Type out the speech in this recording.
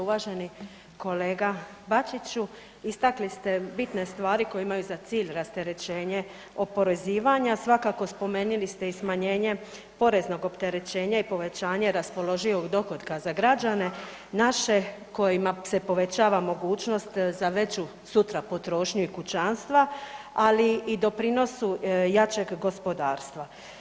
Uvaženi kolega Bačiću, istakli ste bitne stvari koje imaju za cilj rasterećenje oporezivanja, svakako spomenili ste i smanjenje poreznog opterećenja i povećanje raspoloživog dohotka za građane naše kojima se povećava mogućnost za veću sutra potrošnju i kućanstva, ali i doprinosu jačeg gospodarstva.